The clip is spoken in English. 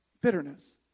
bitterness